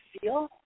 feel